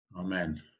Amen